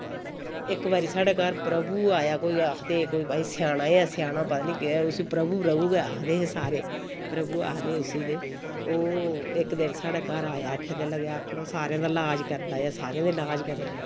इक बारी साढ़े घर प्रभु आया कोई आखदे कोई भाई स्याना ऐ स्याना पता नि केह् उस्सी प्रभु प्रभु गै आखदे हे सारे प्रभु आखदे उस्सी ते ओ इक दिन साढ़े घर आया इत्थै ते लगेया आक्खन आऊं सारें दे लाज करन आया सारें दे लाज करै